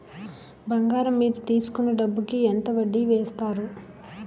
బంగారం మీద తీసుకున్న డబ్బు కి ఎంత వడ్డీ వేస్తారు?